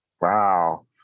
wow